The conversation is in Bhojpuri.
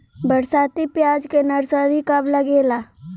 बरसाती प्याज के नर्सरी कब लागेला?